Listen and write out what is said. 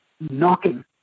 knocking